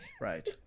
Right